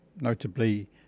notably